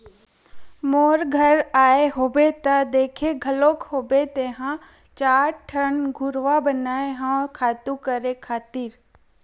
मोर घर आए होबे त देखे घलोक होबे तेंहा चार ठन घुरूवा बनाए हव खातू करे खातिर